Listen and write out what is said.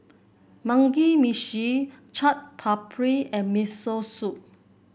Mugi Meshi Chaat Papri and Miso Soup